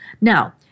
Now